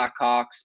Blackhawks